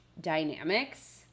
dynamics